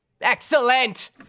Excellent